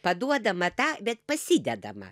paduodama tą bet pasidedama